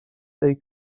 avec